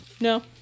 No